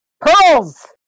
Pearls